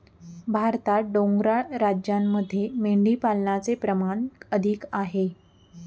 भारतात डोंगराळ राज्यांमध्ये मेंढीपालनाचे प्रमाण अधिक आहे